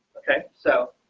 okay, so